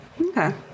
Okay